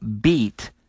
beat